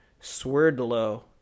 Swerdlow